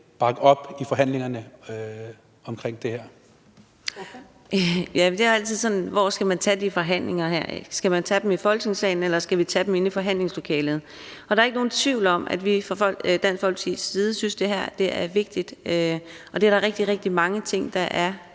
(DF): Jeg synes altid, man kan spørge: Hvor skal man tage de forhandlinger her? Skal man tage dem i Folketingssalen, eller skal man tage dem inde i forhandlingslokalet? Og der er ikke nogen tvivl om, at vi fra Dansk Folkepartis side synes, det her er vigtigt, og det er der rigtig, rigtig mange ting, der er,